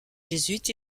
jésuites